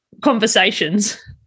conversations